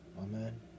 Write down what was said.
Amen